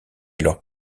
alors